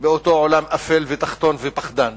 באותו עולם אפל, תחתון ופחדן.